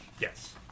Yes